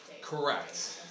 Correct